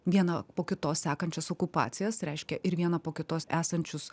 vieną po kitos sekančias okupacijos reiškia ir vieną po kitos esančius